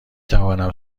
توانم